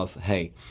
Hey